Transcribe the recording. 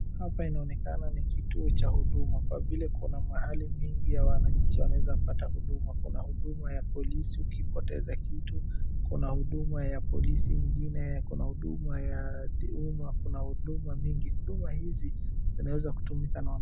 Hapa inaonekana ni kituo cha huduma. Kwa vile kuna mahali mingi ya wananchi wanaweza pata huduma. Kuna huduma ya polisi ukipoteza kitu. Kuna huduma ya polisi ingine. Kuna huduma ya timu na kuna huduma mengi. Huduma hizi zinaweza kutumika nono.